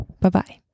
bye-bye